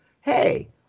hey